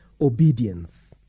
obedience